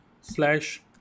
slash